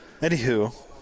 Anywho